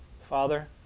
Father